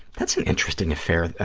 that's an interesting affair,